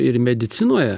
ir medicinoje